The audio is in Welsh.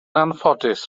anffodus